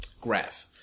graph